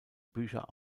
bücher